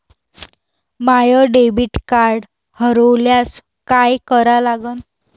माय debit card हरोल्यास काय करा लागन?